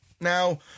now